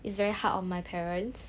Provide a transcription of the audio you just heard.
it's very hard on my parents